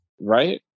right